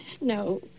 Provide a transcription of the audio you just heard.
No